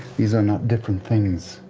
these are not different things.